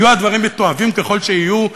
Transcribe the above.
יהיו הדברים מתועבים ככל שיהיו,